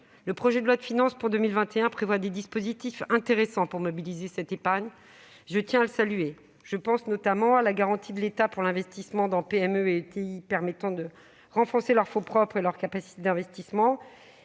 Le projet de loi de finances pour 2021 prévoit des dispositifs intéressants pour mobiliser cette épargne, je tiens à le saluer. Je pense notamment à la garantie pour l'investissement dans nos PME et nos ETI permettant de renforcer leurs fonds propres et leur capacité d'investissement,